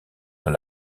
dans